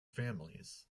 families